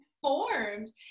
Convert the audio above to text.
formed